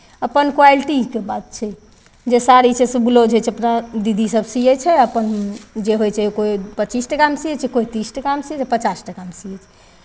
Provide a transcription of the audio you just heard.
अपन क्वालिटीके बात छै जे साड़ी छै से ब्लाउज होइ छै अपना दीदीसभ सियै छै अपन जे होइ छै कोइ पच्चीस टाकामे सियै छै कोइ तीस टाकामे सियै छै पचास टाकामे सियै छै